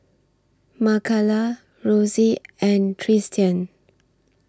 Makala Rosy and Tristian